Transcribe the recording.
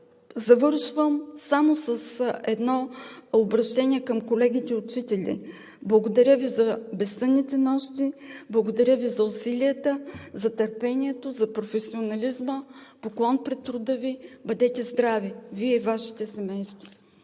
Завършвам само с едно обръщение към колегите учители: благодаря Ви за безсънните нощи, благодаря Ви за усилията, за търпението, за професионализма! Поклон пред труда Ви! Бъдете здрави – Вие и Вашите семейства!